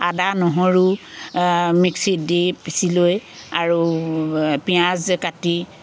আদা নহৰু মিক্সিত দি পিচি লৈ আৰু পিঁয়াজ কাটি